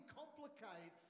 complicate